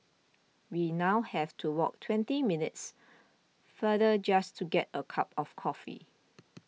we now have to walk twenty minutes further just to get a cup of coffee